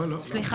סליחה.